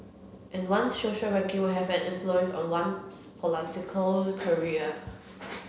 and one's social ranking will have an influence on one's political career